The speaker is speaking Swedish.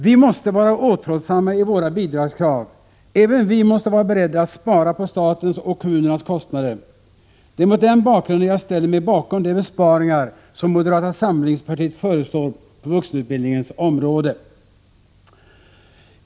Vi måste vara återhållsamma i våra bidragskrav — även vi måste vara beredda att spara på statens och kommunernas kostnader. Det är mot den bakgrunden jag ställer mig bakom de besparingar som moderata samlingspartiet föreslår på vuxenutbildningens område.